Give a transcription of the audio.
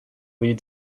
lead